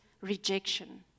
rejection